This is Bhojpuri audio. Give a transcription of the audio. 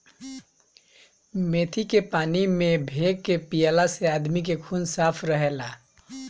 मेथी के पानी में भे के पियला से आदमी के खून साफ़ रहेला